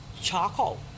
charcoal